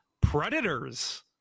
Predators